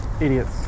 Idiots